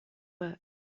work